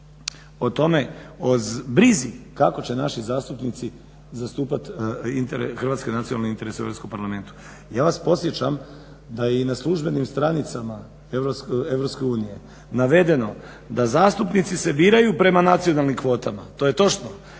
o tome, o brizi kako će naši zastupnici hrvatske nacionalne interese u Europskom parlamentu. Ja vas podsjećam da je i na službenim stranicama EU navedeno da zastupnici se biraju prema nacionalnim kvotama ali na